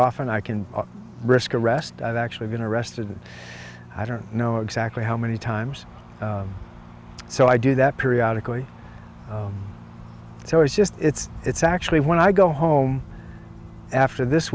often i can risk arrest i've actually been arrested i don't know exactly how many times so i do that periodical so it's just it's it's actually when i go home after this